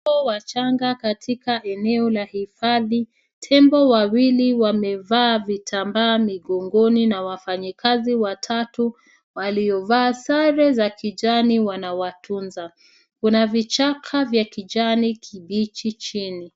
Tembo wachanga katika eneo la hifadhi. Tembo wawili wamevaa vitambaa migongoni na wafanyikazi watatu waliovaa sare za kijani wanawatunza. Kuna vichaka vya kijani kibichi chini.